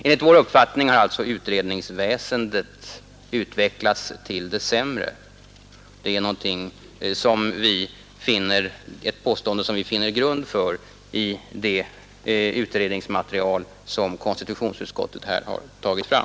Enligt vår uppfattning har alltså utredningsväsendet utvecklats till det sämre. Det är ett påstående som vi finner grund för i det utredningsmaterial som konstitutionsutskottet har lagt fram.